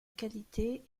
qualité